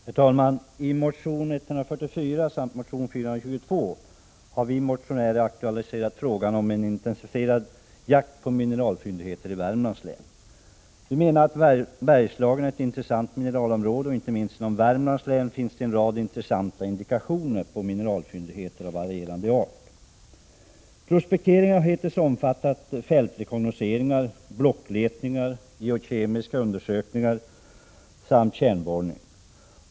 Herr talman! I motionerna N144 och N422 har vi motionärer aktualiserat frågan om en intensifierad jakt på mineralfyndigheter i Värmlands län. Vi menar att Bergslagen är ett intressant mineralområde, och inte minst inom Värmlands län finns det en rad intressanta indikationer på mineralfyndigheter av varierande art. Prospekteringen har hittills omfattat fältrekognosering, blockletningar, geokemiska undersökningar samt kärnborrning.